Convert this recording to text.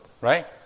right